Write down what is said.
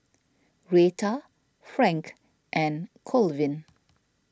Rheta Frank and Colvin